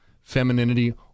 femininity